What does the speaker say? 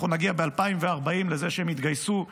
אנחנו נגיע ב-2040 לזה שהם יתגייסו,